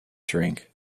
drink